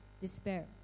despair